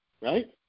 right